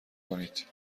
کنید